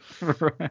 Right